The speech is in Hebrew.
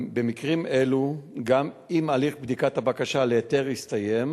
במקרים אלו גם אם הליך בדיקת הבקשה להיתר הסתיים,